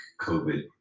COVID